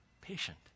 patient